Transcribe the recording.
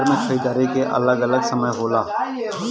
share बाजार मे खरीदारी के अलग अलग समय होला